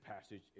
passage